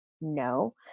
no